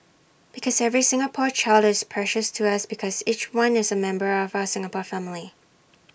because every Singapore child is precious to us because each one is A member of our Singapore family